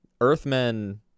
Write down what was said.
Earthmen